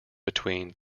between